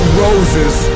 roses